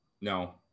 No